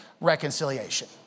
reconciliation